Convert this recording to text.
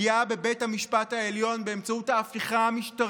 הפגיעה בבית המשפט העליון באמצעות ההפיכה המשטרית,